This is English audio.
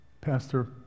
Pastor